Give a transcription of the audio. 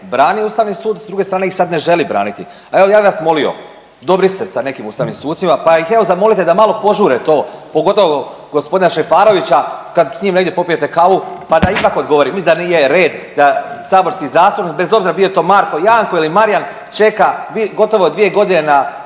brani Ustavni sud, s druge strane ih sad ne želi braniti. Pa evo ja bih vas molio, dobri ste sa nekim ustavnim sucima pa ih evo zamolite da malo požure to pogotovo gospodina Šeparovića kad s njim negdje popijete kavu pa da ipak odgovori. Mislim da nije red da saborski zastupnik bez obzira bio to Marko, Janko ili Marijan čeka gotovo 2 godine na